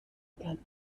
again